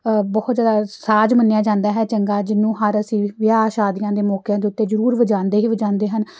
ਬਹੁਤ ਜ਼ਿਆਦਾ ਸਾਜ ਮੰਨਿਆ ਜਾਂਦਾ ਹੈ ਚੰਗਾ ਜਿਹਨੂੰ ਹਰ ਅਸੀਂ ਵਿਆਹ ਸ਼ਾਦੀਆਂ ਦੇ ਮੌਕਿਆਂ ਦੇ ਉੱਤੇ ਜ਼ਰੂਰ ਵਜਾਉਂਦੇ ਹੀ ਵਜਾਉਂਦੇ ਹਨ